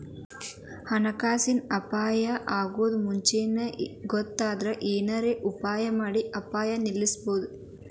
ಹಣಕಾಸಿನ್ ಅಪಾಯಾ ಅಗೊದನ್ನ ಮುಂಚೇನ ಗೊತ್ತಾದ್ರ ಏನರ ಉಪಾಯಮಾಡಿ ಅಪಾಯ ನಿಲ್ಲಸ್ಬೊದು